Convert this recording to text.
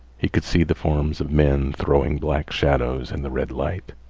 he could see the forms of men throwing black shadows in the red light,